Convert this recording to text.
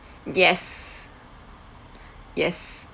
yes yes